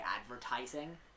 advertising